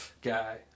Guy